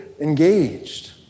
engaged